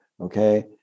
okay